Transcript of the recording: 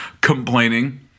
complaining